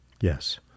Yes